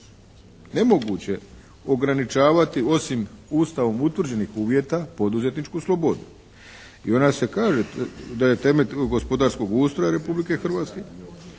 nemoguće ograničavati, osim Ustavom utvrđenih uvjeta poduzetničku slobodu. I ona se kaže da je temelj gospodarskog ustroja Republike Hrvatske.